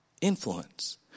influence